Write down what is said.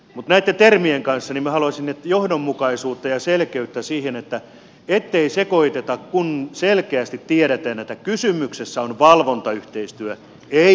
näitten termien kanssa minä haluaisin johdonmukaisuutta ja selkeyttä ettei sekoiteta niitä kun selkeästi tiedetään että kysymyksessä on valvontayhteistyö ei harjoittelu